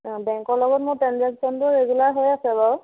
বেংকৰ লগত মোৰ ট্ৰেন্সেকচনবোৰ ৰেগুলাৰ হৈ আছে বাৰু